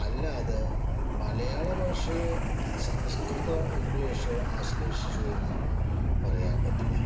അല്ലാതെ മലയാളഭാഷയെ സംസ്കൃതമോ ഇംഗ്ലീഷോ ആശ്ലേഷിച്ചു എന്നു പറയാൻ പറ്റില്ല